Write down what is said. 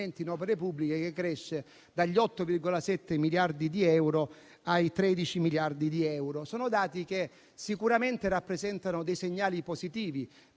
in opere pubbliche, che cresce da 8,7 a 13 miliardi di euro. Sono dati che sicuramente rappresentano segnali positivi,